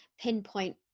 pinpoint